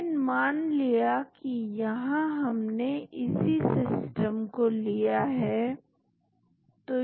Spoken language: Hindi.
लेकिन मान लिया कि यहां हमने इसी सिस्टम को लिया है